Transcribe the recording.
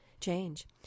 change